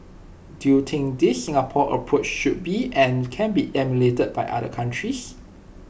do you think this Singapore approach should be and can be emulated by other countries